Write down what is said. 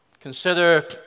Consider